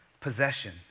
possession